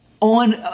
on